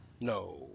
No